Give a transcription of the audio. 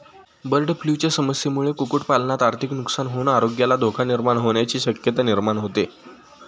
बर्डफ्लूच्या समस्येमुळे कुक्कुटपालनात आर्थिक नुकसान होऊन आरोग्याला धोका निर्माण होण्याची शक्यता निर्माण होते